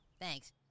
thanks